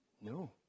No